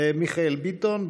מיכאל ביטון,